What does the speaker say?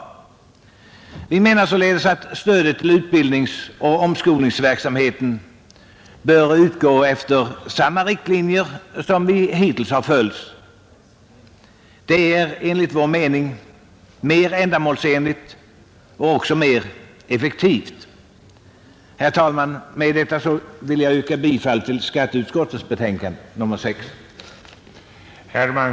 Utskottsmajoriteten anser att stödet till utbildningsoch omskolningsverksamheten bör utgå efter samma riktlinjer som hittills. Det är enligt vår mening mer ändamålsenligt och också mer effektivt. Herr talman! Med detta vill jag yrka bifall till skatteutskottets förslag.